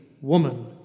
woman